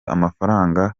amafaranga